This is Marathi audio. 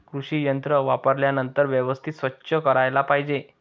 कृषी यंत्रे वापरल्यानंतर व्यवस्थित स्वच्छ करायला पाहिजे